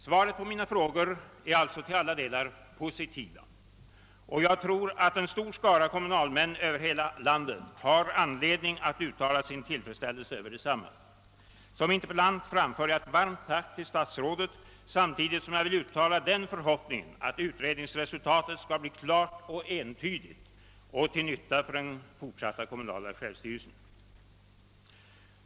Svaren på mina frågor är alltså till alla delar positiva, och jag tror att en stor skara kommunalmän över hela landet har anledning att uttala sin tillfredsställelse över det. Som interpellant framför jag ett varmt tack till statsrådet, samtidigt som jag uttalar förhoppningen att utredningens resultat kommer att bli klart och entydigt och till nytta för den fortsatta kommunala självstyrelsen.